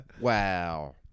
Wow